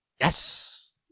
Yes